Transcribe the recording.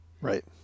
Right